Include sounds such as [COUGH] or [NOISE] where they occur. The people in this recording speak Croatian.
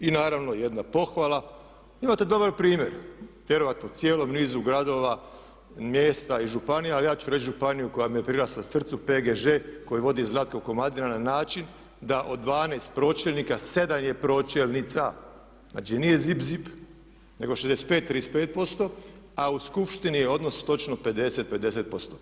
I naravno jedna pohvala, imate dobar primjer vjerojatno u cijelom nizu gradova, mjesta i županija ali ja ću reći županiju koja mi je prirasla srcu PGŽ koju vodi Zlatko Komadina na način da od 12 pročelnika 7 je pročelnica, znači nije … [UNINTELLIGIBLE] nego 65%-35%, a u skupštini je odnos točno 50%-50%